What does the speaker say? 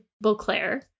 Beauclair